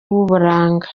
w’uburanga